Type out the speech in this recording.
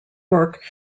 work